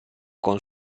con